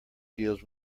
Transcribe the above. deals